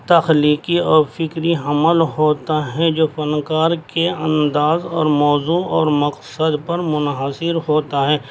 تخلیقی اور فکری عمل ہوتا ہے جو فنکار کے انداز اور موضوع اور مقصد پر منحصر ہوتا ہے